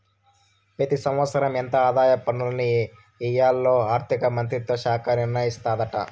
పెతి సంవత్సరం ఎంత ఆదాయ పన్నుల్ని ఎయ్యాల్లో ఆర్థిక మంత్రిత్వ శాఖ నిర్ణయిస్తాదాట